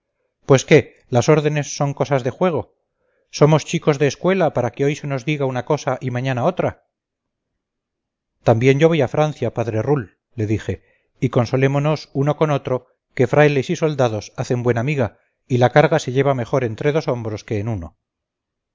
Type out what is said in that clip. pues qué las órdenes son cosas de juego somos chicos de escuela para que hoy se nos diga una cosa y mañana otra también yo voy a francia padre rull le dije y consolémonos uno con otro que frailes y soldados hacen buena miga y la carga se lleva mejor en dos hombros que en uno